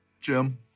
Jim